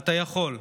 אתה יכול,